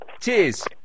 Cheers